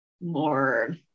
more